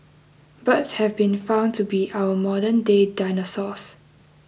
birds have been found to be our modern day dinosaurs